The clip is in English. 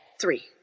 Three